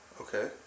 Okay